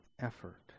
effort